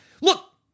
look